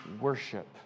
worship